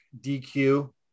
DQ